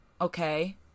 okay